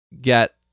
get